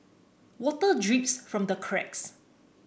water drips from the cracks